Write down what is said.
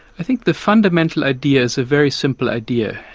i think the fundamental idea's a very simple idea.